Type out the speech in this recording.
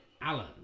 Alan